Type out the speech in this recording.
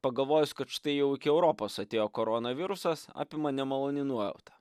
pagalvojus kad štai jau iki europos atėjo koronavirusas apima nemaloni nuojauta